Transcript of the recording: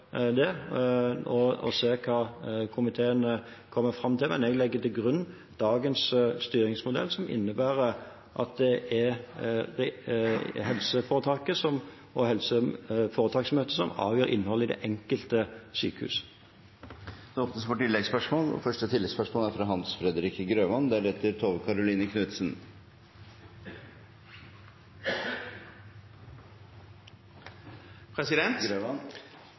og se hva komiteen kommer fram til, men jeg legger til grunn dagens styringsmodell, som innebærer at det er helseforetaket og helseforetaksmøtet som avgjør innholdet i det enkelte sykehus. Det